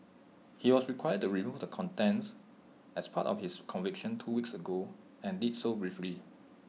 he was required to remove the contents as part of his conviction two weeks ago and did so briefly